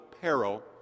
peril